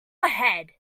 ahead